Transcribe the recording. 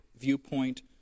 viewpoint